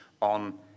on